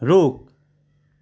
रुख